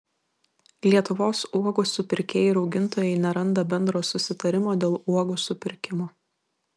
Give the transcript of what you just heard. lietuvos uogų supirkėjai ir augintojai neranda bendro susitarimo dėl uogų supirkimo